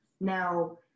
now